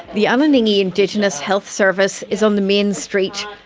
the um anyinginyi indigenous health service is on the main street.